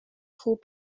خوب